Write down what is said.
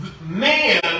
man